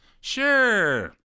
Sure